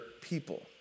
people